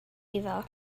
iddo